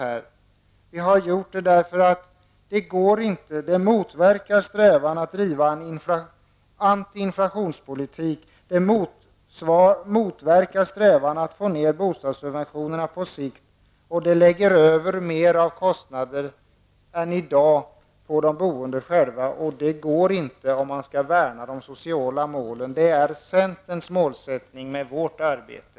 Vi kan inte acceptera förslaget därför att det motverkar vår strävan att driva en antiinflationspolitik och få ned bostadssubventionerna på sikt. Dessutom lägger det över mer av kostnaderna än i dag på de boende själva. Det går inte om man skall värna om de sociala målen. Förslaget strider mot centerns målsättning med sitt arbete.